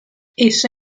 essa